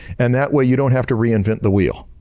and that way, you don't have to reinvent the wheel.